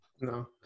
No